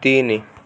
ତିନି